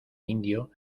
indio